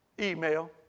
email